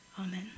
Amen